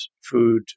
food